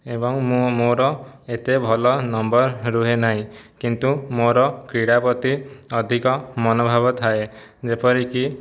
ଏବଂ ମୁଁ ମୋର ଏତେ ଭଲ ନମ୍ବର ରୁହେ ନାହିଁ କିନ୍ତୁ ମୋର କ୍ରୀଡ଼ା ପ୍ରତି ଅଧିକ ମନୋଭାବ ଥାଏ ଯେପରି କି